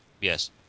Yes